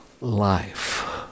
life